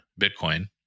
Bitcoin